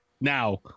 Now